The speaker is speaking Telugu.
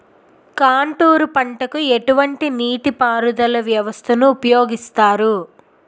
కాంటూరు పంటకు ఎటువంటి నీటిపారుదల వ్యవస్థను ఉపయోగిస్తారు?